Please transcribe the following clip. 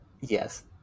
Yes